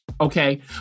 okay